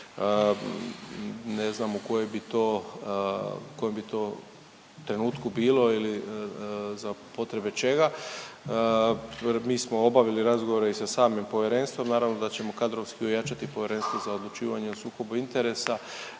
bi to, u kojem bi to trenutku bilo ili za potrebe čega. Mi smo obavili razgovore i sa samim povjerenstvom naravno da ćemo kadrovski ojačati Povjerenstvo za odlučivanje o sukobu interesa,